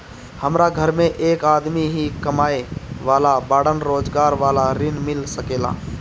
हमरा घर में एक आदमी ही कमाए वाला बाड़न रोजगार वाला ऋण मिल सके ला?